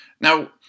Now